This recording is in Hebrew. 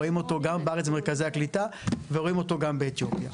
רואים אותו גם בארץ במרכזי הקליטה ורואים אותו גם באתיופיה,